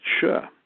Sure